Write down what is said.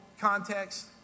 context